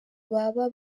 baba